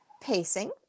pacing